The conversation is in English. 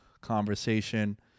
conversation